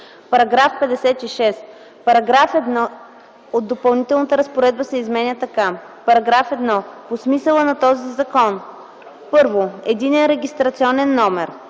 Параграф 1 от Допълнителната разпоредба се изменя така: „§ 1. По смисъла на този закон: 1. „Единен регистрационен номер”